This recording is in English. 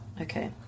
Okay